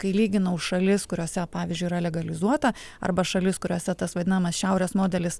kai lyginau šalis kuriose pavyzdžiui yra legalizuota arba šalis kuriose tas vadinamas šiaurės modelis